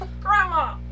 Grandma